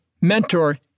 mentor